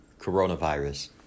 Coronavirus